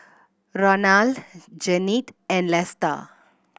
Ronal Jennette and Lesta